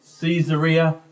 Caesarea